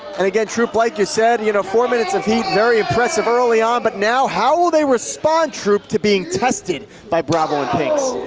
and again, troop, like you said, you know four minutes of heat, very impressive early on, but now how will they respond, troop, to being tested by bravo and pinx?